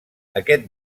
aquest